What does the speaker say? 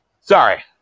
Sorry